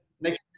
next